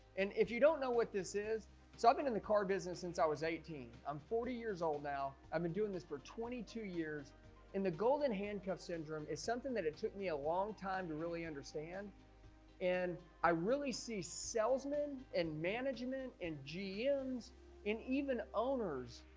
and if you don't know what this is so i've been in the car business since i was eighteen, i'm forty years old now i've been doing this for twenty two years in the golden handcuffs syndrome is something that it took me a long time to really understand and i really see salesmen and management and gm's and even owners